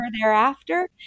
thereafter